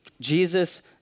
Jesus